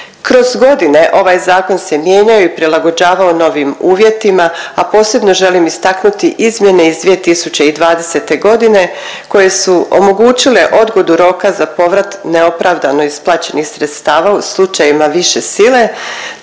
Kroz godine ovaj zakon se mijenjao i prilagođavao novim uvjetima, a posebno želim istaknuti izmjene iz 2020. godine koje su omogućile odgodu roka za povrat neopravdano izbačenih sredstava u slučajevima više sile